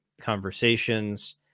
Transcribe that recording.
conversations